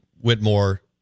Whitmore